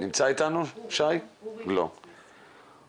הנקודה האמיתית הבעייתית למי שלא צורך הודעות וכולי,